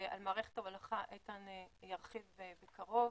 ועל מערכת ההולכה איתן ירחיב בקרוב.